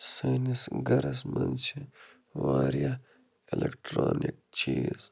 سٲنِس گَرس منٛز چھِ وارِیاہ ایٚلیکٹرانِک چیٖز